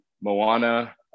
Moana